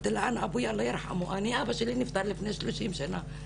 אמרתי לה: אבא שלי נפטר לפני 30 שנה.